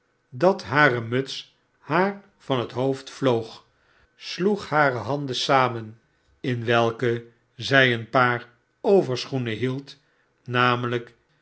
dat hare muts haar van het hoofd vloog sloeg hare handen samen in welke zij een paar overschoenen hield namelijk